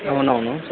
అవునవును